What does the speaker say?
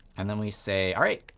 and then we say, all right,